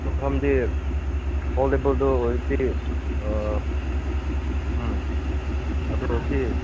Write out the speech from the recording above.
ꯇꯨꯝꯐꯝꯗꯤ ꯐꯣꯜꯗꯦꯕꯜꯗꯨ ꯑꯣꯏꯔꯗꯤ ꯎꯝ ꯑꯗꯨ ꯑꯣꯏꯔꯗꯤ